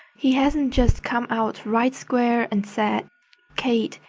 he hasn't just come out right square and said kate,